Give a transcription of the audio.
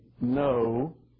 no